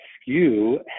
skew